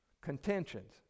contentions